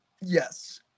Yes